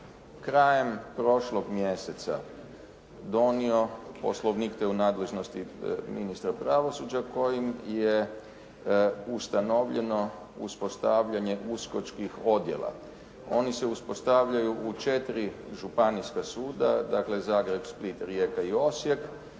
krajem prošlog mjeseca donio poslovnik to je u nadležnosti ministra pravosuđa, kojim je ustanovljeno uspostavljanje "USKOK-kih odjela". Oni se uspostavljaju u četiri županijska suda, dakle Zagreb, Split, Rijeka i Osijek,